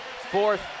Fourth